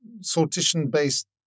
sortition-based